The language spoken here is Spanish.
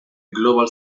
global